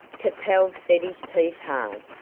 capel set his teeth hard,